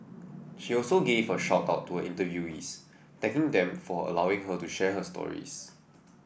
she also gave a shout out to her interviewees thanking them for allowing her to share their stories